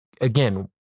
again